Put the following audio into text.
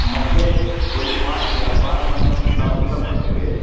ಮತ್ತು ಒಂದು ಫಾರ್ಮ್ ಇದೆ ಆ ಫಾರ್ಮನ್ನು ನಾವು ಫಿಲ್ ಅಪ್ ಮಾಡ್ತೇವೆ